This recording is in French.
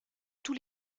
tous